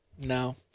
No